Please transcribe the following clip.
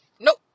nope